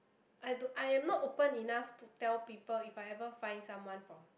I don't I am not open enough to tell people if I ever find someone from